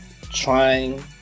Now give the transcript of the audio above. trying